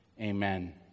Amen